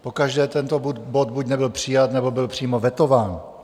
Pokaždé tento bod buď nebyl přijat, nebo byl přímo vetován.